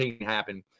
happen